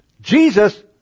Jesus